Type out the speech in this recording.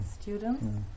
students